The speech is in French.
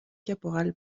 caporal